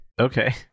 Okay